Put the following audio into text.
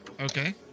Okay